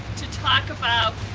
to talk about